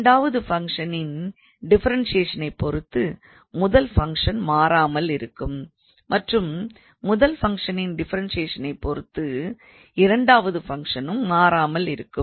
இரண்டாவது ஃபங்க்ஷனின் டிஃபரன்சியேஷனை பொறுத்து முதல் ஃபங்க்ஷன் மாறாமல் இருக்கும் மற்றும் முதல் ஃபங்க்ஷனின் டிஃபரன்சியேஷனை பொறுத்து இரண்டாவது ஃபங்க்ஷனும் மாறாமல் இருக்கும்